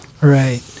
Right